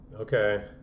Okay